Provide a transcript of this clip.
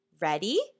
Ready